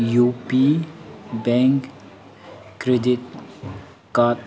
U P bank credit card